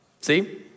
See